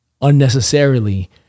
unnecessarily